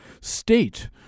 state